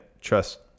trust